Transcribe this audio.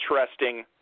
interesting